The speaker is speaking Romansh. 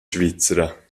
svizra